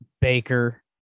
Baker